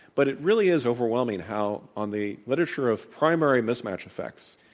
but it really is overwhelming how on the literature of primary mismatch effects,